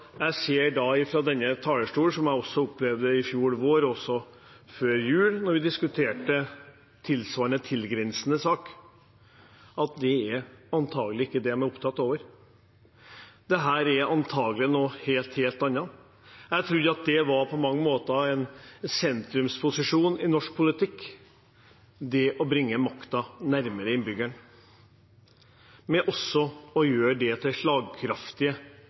jeg ser fra denne talerstolen, som jeg opplevde i fjor vår og også før jul da vi diskuterte tilsvarende sak, at det er antakelig ikke det man er opptatt av. Det er antakelig noe helt annet. Jeg trodde det var en sentrumsposisjon i norsk politikk å bringe makten nærmere innbyggerne, ved også å gjøre dem til slagkraftige